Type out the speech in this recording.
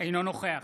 אינו נוכח